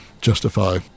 justify